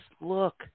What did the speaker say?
look